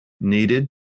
needed